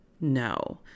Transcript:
no